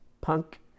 punk